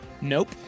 Nope